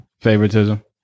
favoritism